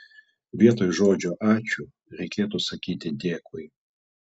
vietoj žodžio ačiū reiktų sakyti dėkui